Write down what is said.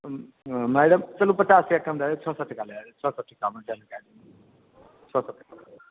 madam चलु पचास टका कम दए देब छओ सए टका लए लेब छओ सए टका मे कए लिअ छओ सए टका